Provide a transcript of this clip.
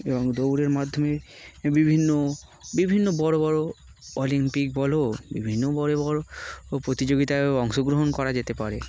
এবং দৌড়ের মাধ্যমে বিভিন্ন বিভিন্ন বড়ো বড়ো অলিম্পিক বলও বিভিন্ন বড় বড় প্রতিযোগিতায়ও অংশগ্রহণ করা যেতে পারে